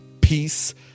peace